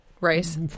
Rice